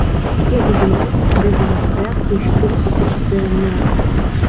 kiek žinau buvo nuspręsta ištirti tik dnr